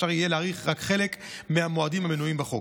אפשר יהיה להאריך רק חלק מהמועדים המנויים בחוק,